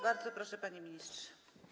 Bardzo proszę, panie ministrze.